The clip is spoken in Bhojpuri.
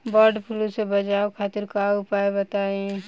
वड फ्लू से बचाव खातिर उपाय बताई?